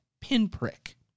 pinprick